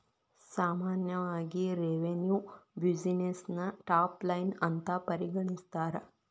ಸಾಮಾನ್ಯವಾಗಿ ರೆವೆನ್ಯುನ ಬ್ಯುಸಿನೆಸ್ಸಿನ ಟಾಪ್ ಲೈನ್ ಅಂತ ಪರಿಗಣಿಸ್ತಾರ?